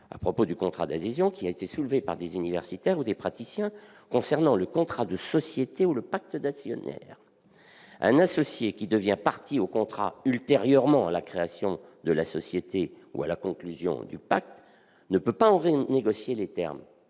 à propos du contrat d'adhésion, qui a été soulevé par des universitaires ou des praticiens concernant le contrat de société ou le pacte d'actionnaires. Un associé qui devient partie au contrat ultérieurement à la création de la société ou à la conclusion du pacte ne peut pas en renégocier les termes